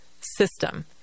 system